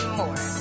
more